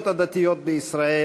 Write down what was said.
הממשלה,